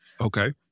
Okay